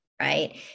right